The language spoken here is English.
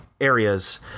areas